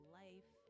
life